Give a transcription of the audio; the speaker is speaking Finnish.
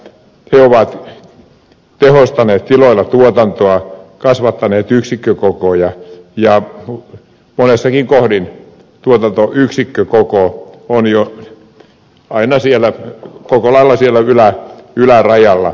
he ovat tehostaneet tiloilla tuotantoa kasvattaneet yksikkökokoja ja monessakin kohdin tuotantoyksikkökoko on jo koko lailla siellä ylärajalla